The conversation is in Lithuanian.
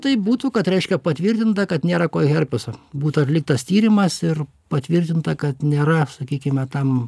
tai būtų kad reiškia patvirtinta kad nėra koherpeso būtų atliktas tyrimas ir patvirtinta kad nėra sakykime tam